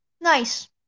Nice